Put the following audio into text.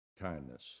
kindness